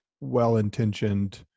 well-intentioned